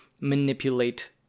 manipulate